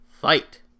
fight